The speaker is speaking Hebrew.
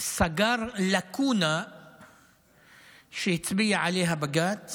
סגר לקונה שהצביע עליה בג"ץ